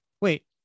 wait